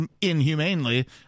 Inhumanely